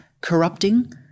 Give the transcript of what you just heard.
corrupting